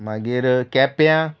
मागीर केप्यां